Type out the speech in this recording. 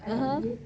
(uh huh)